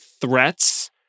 threats